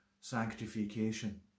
sanctification